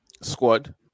squad